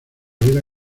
vida